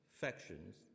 factions